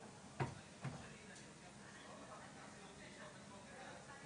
אם זה בסטטוס של טיפול אז זה בסטטוס בדיון,